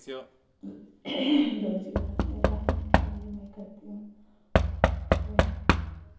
रोज़गार मेरा है यही मैं करती हूँ और ओ